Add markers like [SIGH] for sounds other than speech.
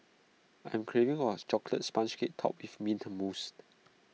I am craving or A [NOISE] Chocolate Sponge Cake Topped with Mint Mousse